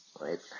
right